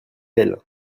elle